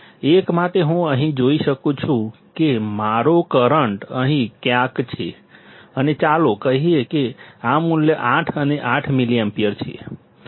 1 માટે હું અહીં જોઈ શકું છું કે મારો કરંટ અહીં ક્યાંક છે અને ચાલો કહીએ કે આ મૂલ્ય 8 અને 8 મિલિએમ્પિયર છે